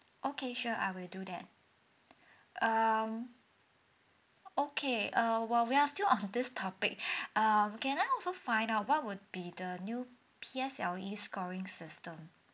okay sure I will do that um okay err while we are still of this topic um can I also find out what would be the new P_S_L_E scoring system